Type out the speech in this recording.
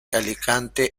alicante